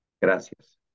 Gracias